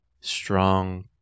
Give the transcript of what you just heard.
strong